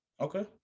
Okay